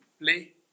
Play